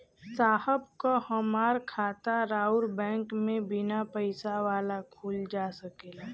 साहब का हमार खाता राऊर बैंक में बीना पैसा वाला खुल जा सकेला?